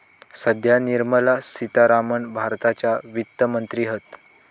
सध्या निर्मला सीतारामण भारताच्या वित्त मंत्री हत